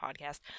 podcast